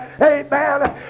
Amen